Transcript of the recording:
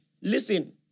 Listen